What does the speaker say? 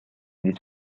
this